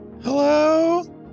Hello